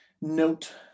note